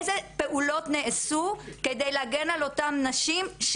איזה פעולות נעשו כדי להגן על אותן נשים.